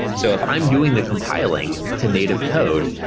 so if i'm doing the compiling to native code,